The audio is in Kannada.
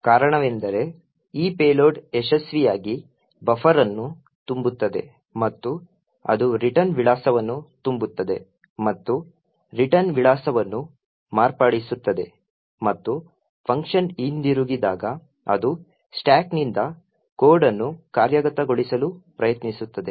ಕಾರಣವೆಂದರೆ ಈ ಪೇಲೋಡ್ ಯಶಸ್ವಿಯಾಗಿ ಬಫರ್ ಅನ್ನು ತುಂಬುತ್ತದೆ ಮತ್ತು ಅದು ರಿಟರ್ನ್ ವಿಳಾಸವನ್ನು ತುಂಬುತ್ತದೆ ಮತ್ತು ರಿಟರ್ನ್ ವಿಳಾಸವನ್ನು ಮಾರ್ಪಡಿಸುತ್ತದೆ ಮತ್ತು ಫಂಕ್ಷನ್ ಹಿಂದಿರುಗಿದಾಗ ಅದು ಸ್ಟಾಕ್ ನಿಂದ ಕೋಡ್ ಅನ್ನು ಕಾರ್ಯಗತಗೊಳಿಸಲು ಪ್ರಯತ್ನಿಸುತ್ತದೆ